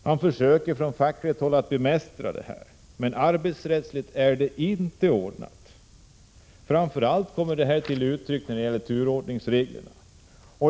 Man försöker från fackligt håll att bemästra dessa, men arbetsrättsligt har förhållandena inte ordnats upp. Framför allt kommer detta till uttryck när det gäller turordningsreglerna.